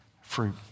fruit